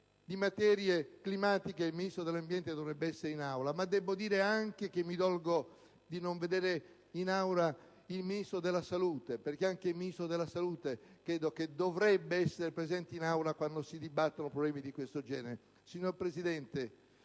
di materie climatiche il Ministro dell'ambiente dovrebbe essere in Aula, ma devo dire anche che mi dolgo di non vedere il Ministro della salute perché anch'egli dovrebbe essere presente in Aula quando si dibattono problemi di questo genere. Signora Presidente,